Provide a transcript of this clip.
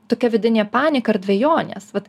tokia vidinė panika ar dvejonės vat